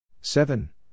seven